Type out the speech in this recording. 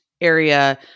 area